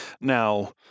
Now